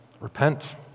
repent